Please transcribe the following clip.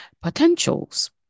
potentials